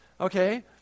Okay